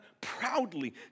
proudly